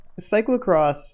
cyclocross